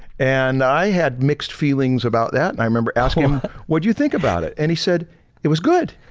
and i had mixed feelings about that and i remember asking him what do you think about it? and he said it was good.